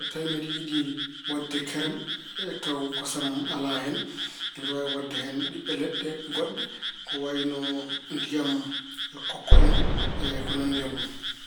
So tawi mbeɗa yiɗi waɗde kerem, taw kosam alaa hen. Mbeɗe waawi waɗde hen ɓiɓɓe leɗɗe goɗɗe ko wayno ndiyam kokko en e ko nanndi e mun.